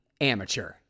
amateur